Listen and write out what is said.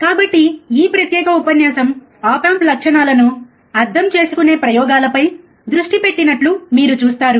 కాబట్టి ఈ ప్రత్యేక ఉపన్యాసం ఆప్ ఆంప్ లక్షణాలను అర్థం చేసుకునే ప్రయోగాలపై దృష్టి పెట్టినట్లు మీరు చూస్తారు